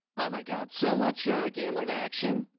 oh my god. so much gambling action.